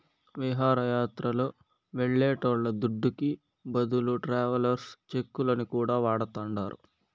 విహారయాత్రలు వెళ్లేటోళ్ల దుడ్డుకి బదులు ట్రావెలర్స్ చెక్కులను కూడా వాడతాండారు